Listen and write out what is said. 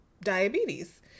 diabetes